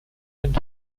and